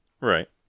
Right